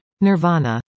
Nirvana